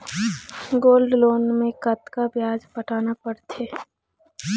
Gold loan मे कतका ब्याज पटाना पड़थे?